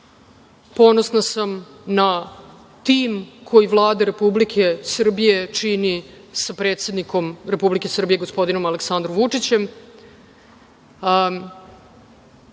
ponosna sam na tim koji Vlada Republike Srbije čini, sa predsednikom Republike Srbije, gospodinom Aleksandrom Vučićem